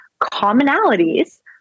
commonalities